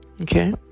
Okay